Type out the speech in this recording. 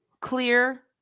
clear